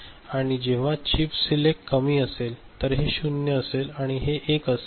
आणि जेव्हा chip select कमी असेल तर हे 0 असेल आणि हे 1 असेल